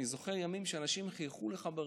אני זוכר ימים שאנשים חייכו אליך ברחוב.